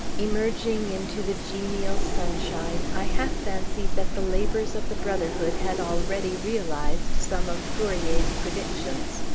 emerging into the genial sunshine, i half fancied that the labors of the brotherhood had already realized some of fourier's predictions.